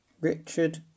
Richard